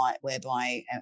whereby